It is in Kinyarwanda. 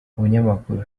umunyamakuru